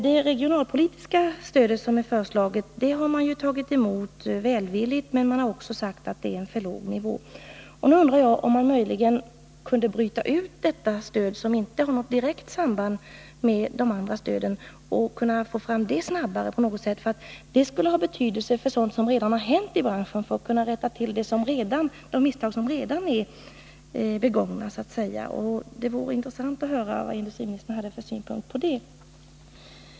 Det regionalpolitiska stöd som är föreslaget har man bedömt välvilligt, men man har sagt också om detta stöd att det ligger på en för låg nivå. Nu undrar jag om man möjligen kunde bryta ut detta stöd, som inte har direkt samband med de andra stöden, och få fram det snabbare på något sätt. Det skulle ha betydelse för att rätta till de misstag som redan är begångna. Det vore intressant att höra vilka synpunkter industriministern har på en sådan tanke.